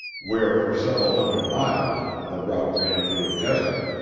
where for several hundred miles the route ran through a desert,